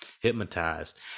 hypnotized